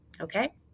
okay